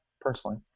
personally